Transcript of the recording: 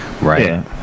Right